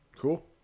Cool